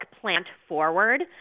plant-forward